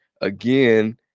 again